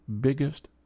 biggest